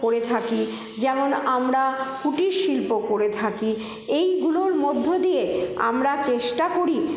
করে থাকি যেমন আমরা কুটিরশিল্প করে থাকি এইগুলোর মধ্যে দিয়ে আমরা চেষ্টা করি